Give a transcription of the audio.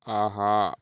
ஆஹா